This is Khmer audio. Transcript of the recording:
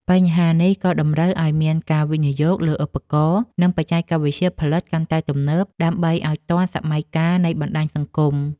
បញ្ហានេះក៏តម្រូវឱ្យមានការវិនិយោគលើឧបករណ៍ និងបច្ចេកវិទ្យាផលិតកាន់តែទំនើប ដើម្បីឱ្យទាន់សម័យកាលនៃបណ្ដាញសង្គម។